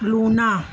luna